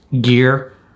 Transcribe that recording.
gear